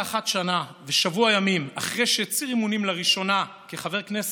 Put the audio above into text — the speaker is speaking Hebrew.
21 שנה ושבוע ימים אחרי שהצהיר אמונים לראשונה כחבר כנסת,